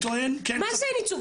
מה זה אין ייצוג?